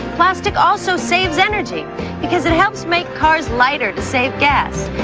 plastic also saves energy because it helps make cars lighter to save gas,